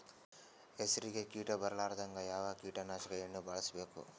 ಹೆಸರಿಗಿ ಕೀಟ ಬರಲಾರದಂಗ ಯಾವ ಕೀಟನಾಶಕ ಎಣ್ಣಿಬಳಸಬೇಕು?